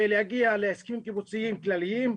ולהגיע להסכמים קיבוציים כלכליים,